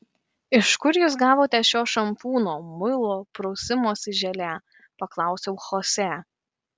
iš kur jūs gavote šio šampūno muilo prausimosi želė paklausiau chosė